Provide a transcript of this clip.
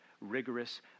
rigorous